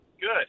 Good